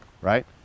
right